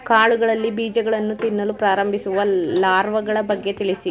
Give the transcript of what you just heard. ಕಾಳುಗಳಲ್ಲಿ ಬೀಜಗಳನ್ನು ತಿನ್ನಲು ಪ್ರಾರಂಭಿಸುವ ಲಾರ್ವಗಳ ಬಗ್ಗೆ ತಿಳಿಸಿ?